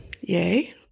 Yay